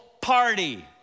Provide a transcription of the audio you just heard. party